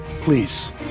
Please